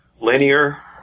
linear